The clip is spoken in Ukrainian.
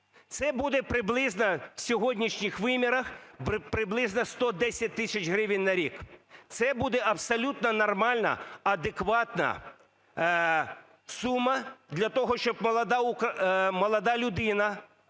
Це буде приблизно в сьогоднішніх вимірах, приблизно 110 тисяч гривень на рік. Це буде абсолютно нормальна, адекватна сума для того, щоб молода людина,